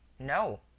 no.